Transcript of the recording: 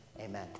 Amen